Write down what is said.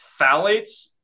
phthalates